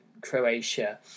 Croatia